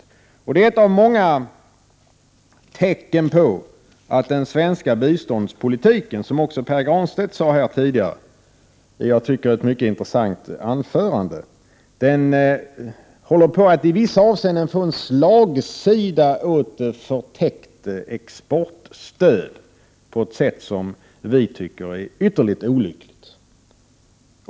Detta är ett av många tecken på att den svenska biståndspolitiken, som också Pär Granstedt sade här tidigare i ett mycket intressant anförande, håller på att i vissa avseenden få en slagsida under förtäckt exportstöd. Detta sker på ett sätt som vi tycker är ytterligt olyckligt.